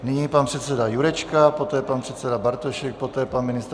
Nyní pan předseda Jurečka, poté pan předseda Bartošek, poté pan ministr Zaorálek.